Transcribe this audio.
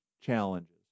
challenges